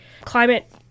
climate